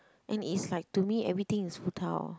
and it's like to me everything is futile